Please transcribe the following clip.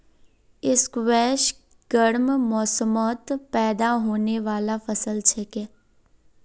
squash गर्म मौसमत पैदा होने बाला फसल छिके